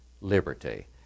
liberty